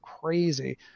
crazy